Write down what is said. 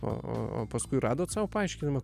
o paskui radot sau paaiškinimą